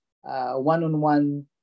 one-on-one